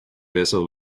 vessel